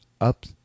Up